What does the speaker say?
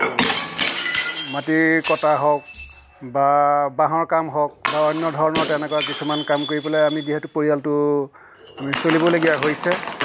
মাটি কটা হওক বা বাঁহৰ কাম হওক বা অন্য ধৰণৰ তেনেকুৱা কিছুমান কাম কৰি পেলাই আমি যিহেতু পৰিয়ালতো আমি চলিবলগীয়া হৈছে